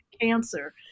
cancer